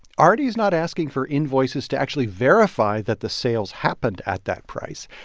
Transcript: arty's not asking for invoices to actually verify that the sales happened at that price.